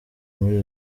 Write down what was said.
muri